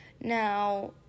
Now